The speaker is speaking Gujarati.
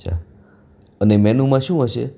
અચ્છા અને મેનુમાં શું હશે